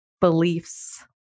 beliefs